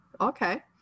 Okay